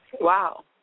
Wow